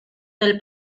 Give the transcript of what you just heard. del